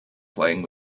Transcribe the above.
playing